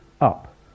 up